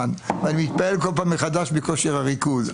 ואני כל פעם מתפעל מחדש מכושר הריכוז.